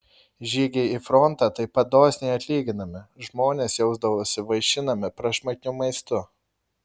žygiai į frontą taip pat dosniai atlyginami žmonės jausdavosi vaišinami prašmatniu maistu